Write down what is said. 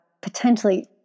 potentially